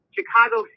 Chicago